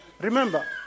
Remember